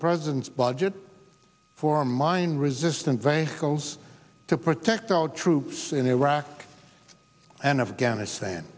president's budget for mine resistant vehicles to protect our troops in iraq and afghanistan